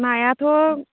नायाथ'